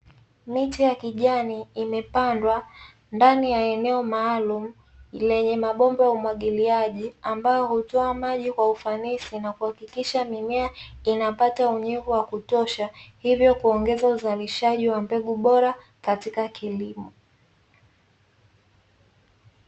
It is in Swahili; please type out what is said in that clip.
Miti ya kijani imepandwa ndani ya eneo maalumu ili kuhakikisha uvunaji wa mbegu bora katika kilimo